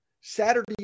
Saturday